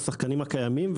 על השחקנים הקיימים,